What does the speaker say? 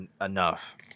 enough